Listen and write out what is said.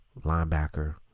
linebacker